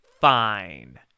fine